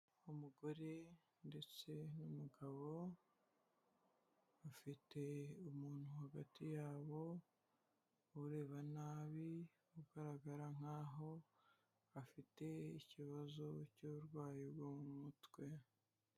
Umugore ndetse n'umugabo, bafite umuntu hagati yabo ureba nabi, ugaragara nkaho afite ikibazo cy'uburwayi bwo mu mutwe.